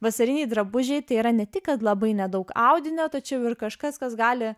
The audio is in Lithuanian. vasariniai drabužiai tai yra ne tik kad labai nedaug audinio tačiau ir kažkas kas gali